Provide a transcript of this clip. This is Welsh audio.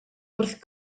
wrth